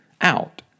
out